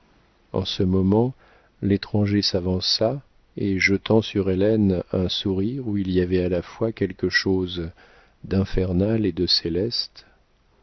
en ce moment l'étranger s'avança et jetant sur hélène un sourire où il y avait à la fois quelque chose d'infernal et de céleste